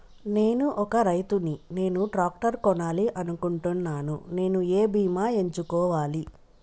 నేను ఒక రైతు ని నేను ట్రాక్టర్ కొనాలి అనుకుంటున్నాను నేను ఏ బీమా ఎంచుకోవాలి?